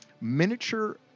miniature